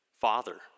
Father